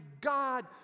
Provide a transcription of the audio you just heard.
God